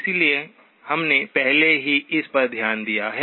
इसलिए हमने पहले ही इस पर ध्यान दिया है